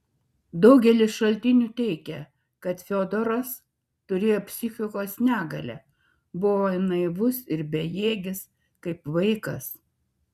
daugelis šaltinių teigia kad fiodoras turėjo psichikos negalę buvo naivus ir bejėgis kaip vaikas